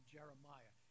Jeremiah